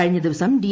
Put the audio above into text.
കഴിഞ്ഞ ദിവസം ഡി